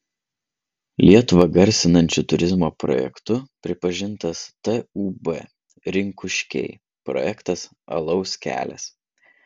lietuvą garsinančiu turizmo projektu pripažintas tūb rinkuškiai projektas alaus kelias